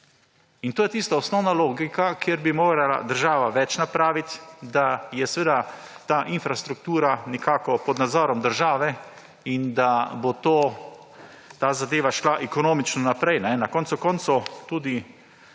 In to je tista osnovna logika, kjer bi morala država več narediti, da je ta infrastruktura nekako pod nazorom države in da bo ta zadeva šla ekonomično naprej. Na koncu koncev tudi